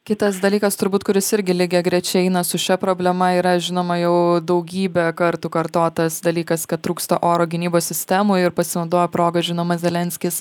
kitas dalykas turbūt kuris irgi lygiagrečiai eina su šia problema yra žinoma jau daugybę kartų kartotas dalykas kad trūksta oro gynybos sistemų ir pasinaudojo proga žinoma zelenskis